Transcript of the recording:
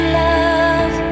love